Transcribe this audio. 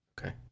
Okay